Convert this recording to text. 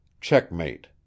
checkmate